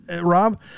Rob